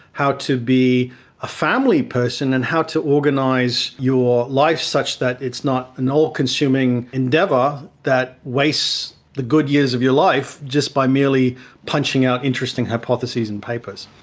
how to be a family person and how to organise your life such that it's not an all-consuming endeavour that wastes the good years of your life just by merely punching out interesting hypotheses and papers.